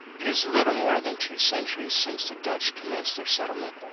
it is little more than two centuries since the dutch commenced their settlement,